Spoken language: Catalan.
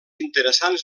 interessants